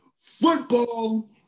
football